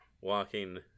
walking